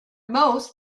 most